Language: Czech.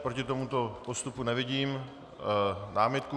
Proti tomuto postupu nevidím námitku.